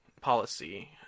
policy